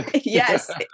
Yes